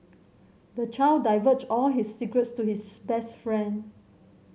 the child divulged all his secrets to his best friend